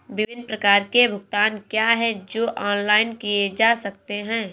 विभिन्न प्रकार के भुगतान क्या हैं जो ऑनलाइन किए जा सकते हैं?